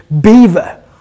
Beaver